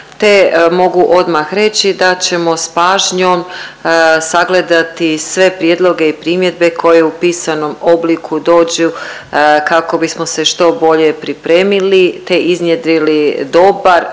mogu odmah reći da ćemo s pažnjom sagledati sve prijedloge i primjedbe koje u pisanom obliku dođu kako bismo se što bolje pripremili, te iznjedrili dobar,